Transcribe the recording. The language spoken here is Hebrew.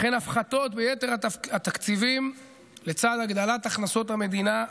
וכן הפחתות ביתר התקציבים לצד הגדלת הכנסות המדינה,